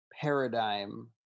paradigm